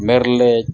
ᱢᱮᱨᱞᱮᱡ